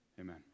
Amen